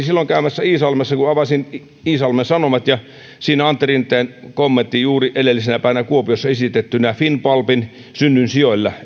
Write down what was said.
silloin käymässä iisalmessa ja kun avasin iisalmen sanomat siinä oli antti rinteen juuri edellisenä päivänä kuopiossa finnpulpin synnyinsijoilla